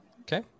Okay